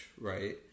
right